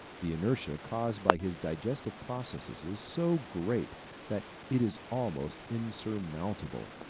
the inertia caused by his digestive processes is so great that it is almost insurmountable.